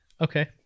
Okay